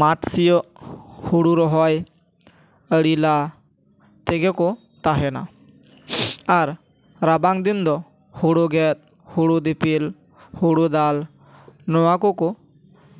ᱢᱟᱴ ᱥᱤᱭᱳᱜ ᱦᱳᱲᱳ ᱨᱚᱦᱚᱭ ᱟᱹᱲᱤ ᱞᱟ ᱛᱮᱜᱮ ᱠᱚ ᱛᱟᱦᱮᱱᱟ ᱟᱨ ᱨᱟᱵᱟᱝ ᱫᱤᱱ ᱫᱚ ᱦᱳᱲᱳ ᱜᱮᱫ ᱦᱳᱲᱳ ᱫᱤᱯᱤᱞ ᱦᱳᱲᱳ ᱫᱟᱞ ᱱᱚᱣᱟ ᱠᱚᱠᱚ